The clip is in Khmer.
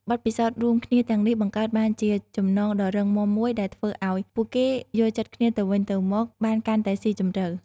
បទពិសោធន៍រួមគ្នាទាំងនេះបង្កើតបានជាចំណងដ៏រឹងមាំមួយ ដែលធ្វើឱ្យពួកគេយល់ចិត្តគ្នាទៅវិញទៅមកបានកាន់តែស៊ីជម្រៅ ។